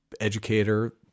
educator